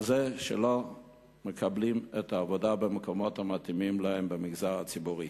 על זה שהם לא מקבלים עבודה במקומות המתאימים להם במגזר הציבורי.